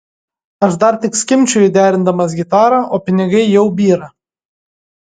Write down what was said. aš dar tik skimbčioju derindamas gitarą o pinigai jau byra